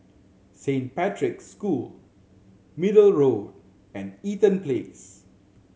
Saint Patrick's School Middle Road and Eaton Place